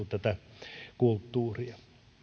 tätä kulttuuria